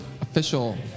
official